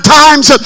times